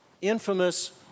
infamous